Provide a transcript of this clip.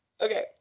Okay